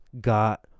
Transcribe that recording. got